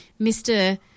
Mr